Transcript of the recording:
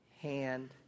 hand